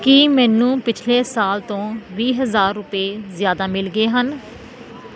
ਕੀ ਮੈਨੂੰ ਪਿਛਲੇ ਸਾਲ ਤੋਂ ਵੀਹ ਹਜ਼ਾਰ ਰੁਪਏ ਜ਼ਿਆਦਾ ਮਿਲ ਗਏ ਹਨ